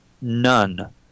None